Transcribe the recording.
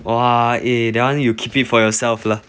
!wah! eh that one you keep it for yourself lah